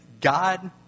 God